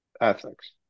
ethics